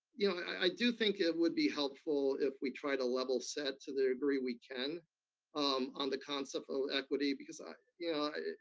yeah i do think it would be helpful if we try to level set to the degree we can um on the concept of equity, because, you yeah